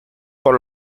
por